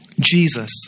Jesus